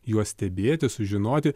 juos stebėti sužinoti